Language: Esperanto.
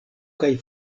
kaj